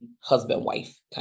husband-wife